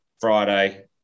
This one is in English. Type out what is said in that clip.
Friday